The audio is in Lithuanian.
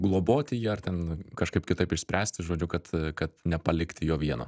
globoti jį ar ten kažkaip kitaip išspręsti žodžiu kad kad nepalikti jo vieno